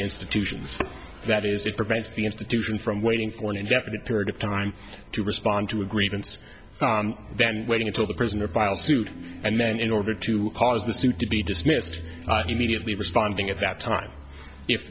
institutions that is it prevents the institution from waiting for an indefinite period of time to respond to a grievance then waiting until the prisoner files suit and then in order to cause the suit to be dismissed mediately responding at that time if